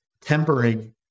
tempering